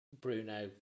Bruno